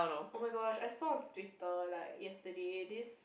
oh-my-gosh I saw on Twitter like yesterday this